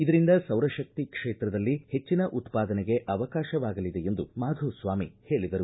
ಇದರಿಂದ ಸೌರಶಕ್ತಿ ಕ್ಷೇತ್ರದಲ್ಲಿ ಹೆಚ್ಚನ ಉತ್ಪಾದನೆಗೆ ಅವಕಾಶವಾಗಲಿದೆ ಎಂದು ಮಾಧುಸ್ವಾಮಿ ಹೇಳಿದರು